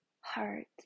heart